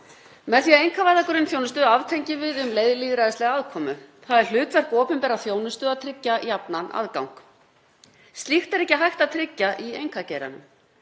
Með því að einkavæða grunnþjónustu aftengjum við um leið lýðræðislega aðkomu. Það er hlutverk opinberrar þjónustu að tryggja jafnan aðgang. Slíkt er ekki hægt að tryggja í einkageiranum.